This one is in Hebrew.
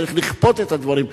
צריך לכפות את הדברים,